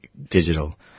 digital